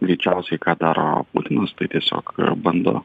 greičiausiai ką daro putinas tai tiesiog bando